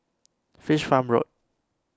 Fish Farm Road